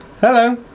Hello